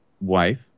wife